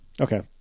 okay